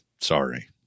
sorry